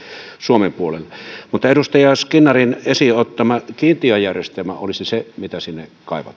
suomen puolella mutta edustaja skinnarin esiin ottama kiintiöjärjestelmä olisi se mitä sinne kaivataan